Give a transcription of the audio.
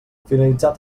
finalitzat